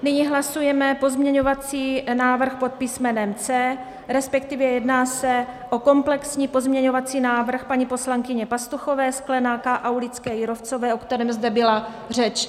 Nyní hlasujeme pozměňovací návrh pod písmenem C, respektive jedná se o komplexní pozměňovací návrh paní poslankyně Pastuchové, Sklenáka, Aulické Jírovcové, o kterém zde byla řeč.